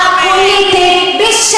מאמינה במה שאת אומרת.